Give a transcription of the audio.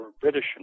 British